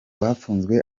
bafunzwe